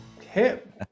hip